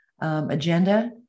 agenda